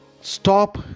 Stop